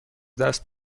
دست